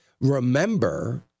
Remember